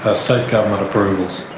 ah state government approvals.